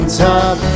top